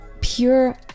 pure